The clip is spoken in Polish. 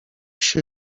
się